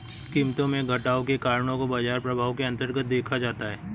कीमतों में घटाव के कारणों को बाजार प्रभाव के अन्तर्गत देखा जाता है